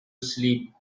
sleep